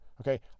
okay